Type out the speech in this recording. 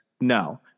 No